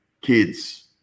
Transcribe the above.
kids